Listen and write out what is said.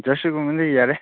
ꯖꯥꯔꯁꯤꯒꯨꯝꯕꯗꯤ ꯌꯥꯔꯦ